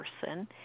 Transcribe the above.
person